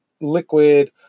liquid